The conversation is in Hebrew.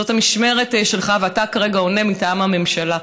זאת המשמרת שלך ואתה כרגע עונה מטעם הממשלה.